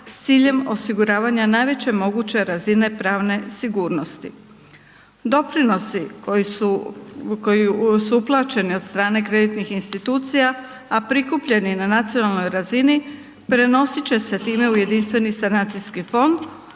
s ciljem osiguravanja najveće moguće razine pravne sigurnosti. Doprinosi koji su uplaćeni od strane kreditnih institucija, a prikupljeni na nacionalnoj razini prenosit će se time u Jedinstveni sanacijski fond